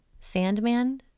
Sandman